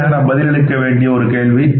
இறுதியாக நாம் பதிலளிக்க வேண்டிய ஒரு கேள்வி